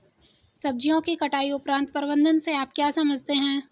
सब्जियों की कटाई उपरांत प्रबंधन से आप क्या समझते हैं?